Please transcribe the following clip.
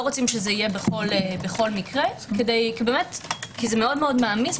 רוצים שזה יהיה בכל מקרה כי זה מאוד מעמיס.